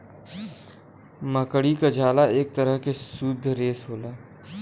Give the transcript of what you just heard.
मकड़ी क झाला एक तरह के शुद्ध रेसा होला